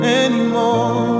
anymore